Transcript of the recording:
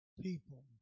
people